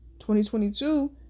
2022